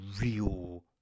real